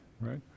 Right